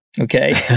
Okay